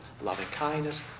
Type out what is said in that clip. loving-kindness